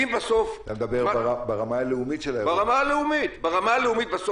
אתה מדבר ברמה הלאומית של האירוע.